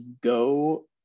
Go